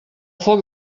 foc